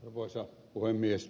arvoisa puhemies